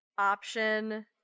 option